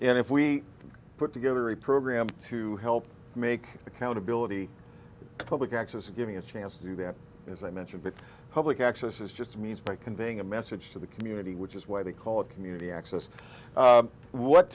and if we put together a program to help make accountability public access give me a chance to do that as i mentioned the public access is just a means by conveying a message to the community which is why they call it community access what